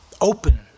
open